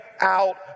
out